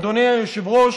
אדוני היושב-ראש,